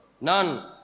None